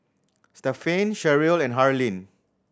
Stephaine Sherrill and Harlene